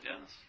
Yes